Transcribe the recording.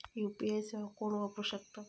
UPI सेवा कोण वापरू शकता?